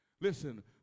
Listen